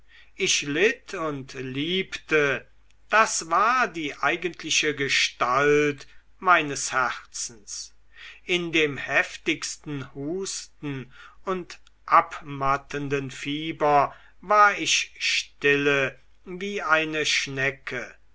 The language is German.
ich litt und liebte das war die eigentliche gestalt meines herzens in dem heftigsten husten und abmattenden fieber war ich stille wie eine schnecke